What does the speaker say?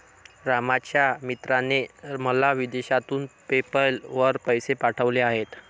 रामच्या मित्राने मला विदेशातून पेपैल वर पैसे पाठवले आहेत